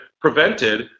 prevented